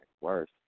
worse